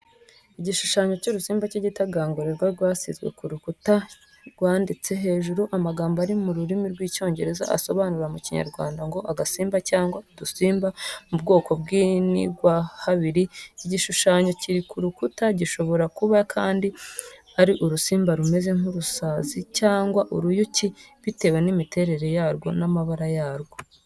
igishushanyo cy’urusimba cy'igitagangurirwa rwasizwe ku rukuta rwanditse hejuru amagambo ari mu rurimi rw'icyongereza asobanura mu kinyarwanda ngo agasimba cyangwa udusimba mu bwoko bw’inigwahabiri. Igishushanyo kiri ku rukuta gishobora kuba kandi ari urusimba rumeze nk’urusazi cyangwa uruyuki bitewe n’imiterere yarwo n’amababa yaryo.